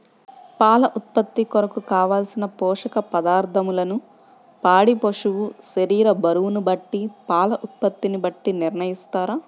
పాల ఉత్పత్తి కొరకు, కావలసిన పోషక పదార్ధములను పాడి పశువు శరీర బరువును బట్టి పాల ఉత్పత్తిని బట్టి నిర్ణయిస్తారా?